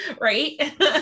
Right